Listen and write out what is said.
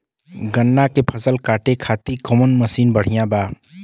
गन्ना के फसल कांटे खाती कवन मसीन बढ़ियां बा?